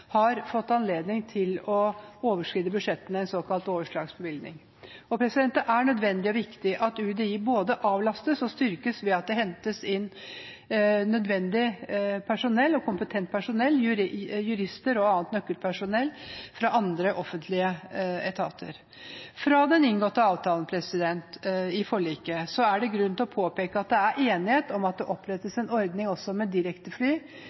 har fått anledning til å overskride budsjettene, med en såkalt overslagsbevilgning. Det er nødvendig og viktig at UDI både avlastes og styrkes ved at det hentes inn nødvendig og kompetent personell – jurister og annet nøkkelpersonell – fra andre offentlige etater. Fra den inngåtte avtalen, asylforliket, er det grunn til å påpeke at det er enighet om at det opprettes en ordning med